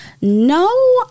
No